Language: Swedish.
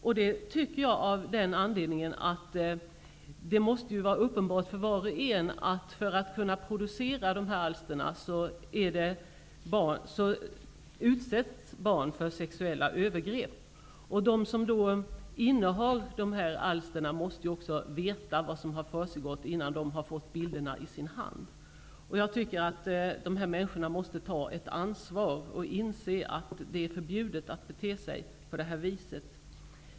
Anledningen till detta är att det måste vara uppenbart för var och en att för att kunna producera dessa alster utsätts barn för sexuella övergrepp. De som innehar dessa alster måste också veta vad som har försiggått innan de fått bilderna i sin hand. Dessa människor måste ta ett ansvar och inse att det är förbjudet att bete sig på det här viset.